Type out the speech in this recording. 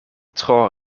tro